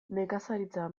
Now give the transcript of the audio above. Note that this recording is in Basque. nekazaritza